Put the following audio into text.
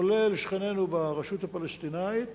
כולל שכנינו ברשות הפלסטינית,